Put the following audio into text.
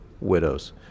widows